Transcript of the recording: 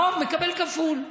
הרוב מקבל כפול.